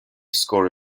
score